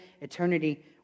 eternity